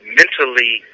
mentally